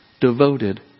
devoted